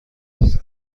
است